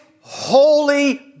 holy